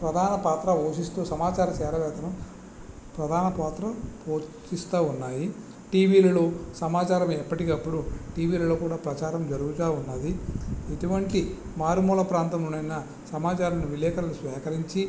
ప్రధాన పాత్ర పోషిస్తూ సమాచార చేరవేతను ప్రధాన పాత్ర పోషిస్తూ ఉన్నాయి టీవీలలో సమాచారం ఎప్పటికప్పుడు టీవీలలో కూడా ప్రచారం జరుగుతూ ఉన్నది ఎటువంటి మారుమూల ప్రాంతంలో అయినా సమాచారం విలేకర్లు సేకరించి